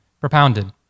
propounded